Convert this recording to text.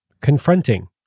confronting